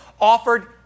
offered